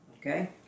okay